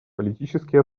политические